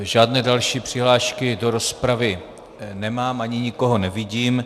Žádné další přihlášky do rozpravy nemám, ani nikoho nevidím.